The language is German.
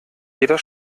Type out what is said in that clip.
jeder